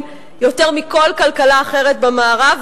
יותר מכל כלכלה אחרת במערב,